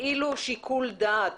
הפעילו שיקול דעת,